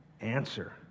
answer